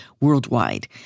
worldwide